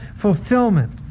fulfillment